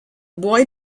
boy